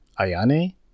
Ayane